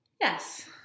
Yes